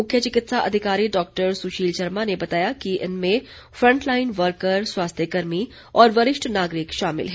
मुख्य चिकित्सा अधिकारी डॉक्टर सुशील शर्मा ने बताया कि इनमें फ्रंटलाईन वर्कर स्वास्थ्य कर्मी और वरिष्ठ नागरिक शामिल हैं